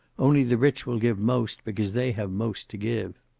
only the rich will give most, because they have most to give.